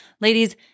Ladies